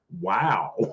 wow